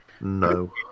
No